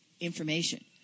information